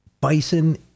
bison